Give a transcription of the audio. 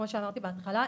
כמו שאמרתי בהתחלה,